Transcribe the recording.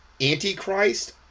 anti-Christ